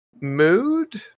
mood